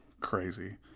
Crazy